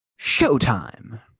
showtime